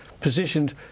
positioned